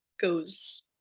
goes